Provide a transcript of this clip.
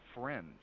friends